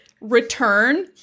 return